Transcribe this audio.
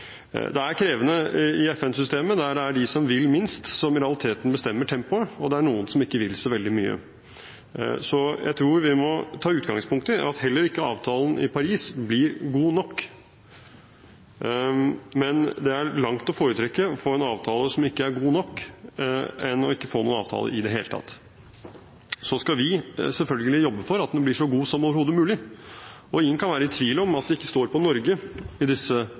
Det er krevende i FN-systemet, der det er de som vil minst, som i realiteten bestemmer tempoet – og det er noen som ikke vil så veldig mye. Så jeg tror vi må ta utgangspunkt i at heller ikke avtalen i Paris blir god nok – men det er langt å foretrekke å få en avtale som ikke er god nok, enn ikke å få noen avtale i det hele tatt. Så skal vi selvfølgelig jobbe for at den blir så god som overhodet mulig. Ingen kan være i tvil om at det ikke står på Norge i disse